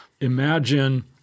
Imagine